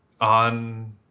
on